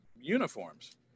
uniforms